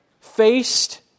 faced